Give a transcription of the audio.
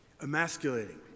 Emasculating